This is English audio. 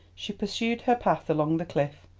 she pursued her path along the cliff,